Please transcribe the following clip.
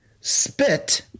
Spit